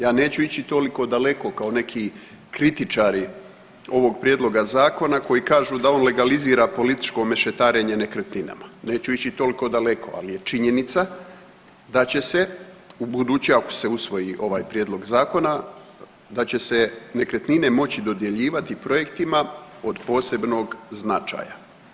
Ja neću ići toliko daleko kao neki kritičari ovog prijedloga zakona koji kažu da on legalizira političko mešetarenje nekretninama, neću ići toliko daleko, ali je činjenica da će se ubuduće ako se usvoji ovaj prijedlog zakona, da će se nekretnine moći dodjeljivati projektima od posebnog značaja.